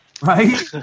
right